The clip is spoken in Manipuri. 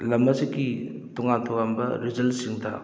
ꯂꯝ ꯑꯁꯤꯒꯤ ꯇꯣꯉꯥꯟ ꯇꯣꯉꯥꯟꯕ ꯔꯤꯖꯟꯁꯤꯡꯗ